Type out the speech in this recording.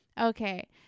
Okay